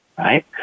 Right